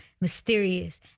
mysterious